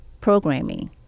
programming